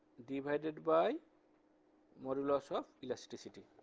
divided by modulus of elasticity.